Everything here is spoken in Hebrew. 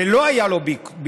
ולא היה לו ביטוח,